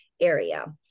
area